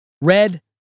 Red